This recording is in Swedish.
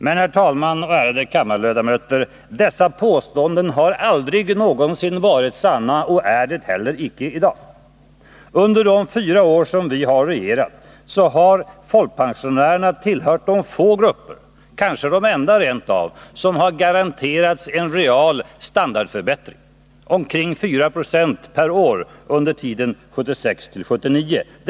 Men, herr talman och ärade kammarledamöter, dessa påståenden har aldrig någonsin varit sanna och är det heller icke i dag. Under de fyra år som vi har regerat har folkpensionärerna tillhört de få grupper — kanske rent av varit den enda — som har garanterats en real standardförbättring, omkring 4 9 per år under tiden 1976-1979.